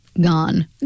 Gone